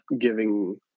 giving